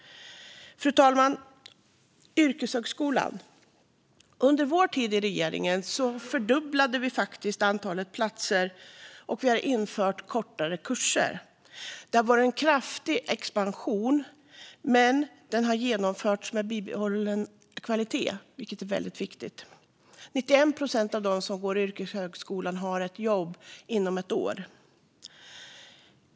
Fru talman! När det gäller yrkeshögskolan har vi under vår tid i regering fördubblat antalet platser och infört kortare kurser. Det har varit en kraftig expansion som har genomförts med bibehållen kvalitet, vilket är viktigt. Av dem som går ut yrkeshögskolan har 91 procent ett jobb inom ett år.